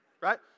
right